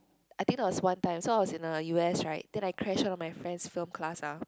I think there was one time so I was in the U_S right then I crash all my friends' film class ah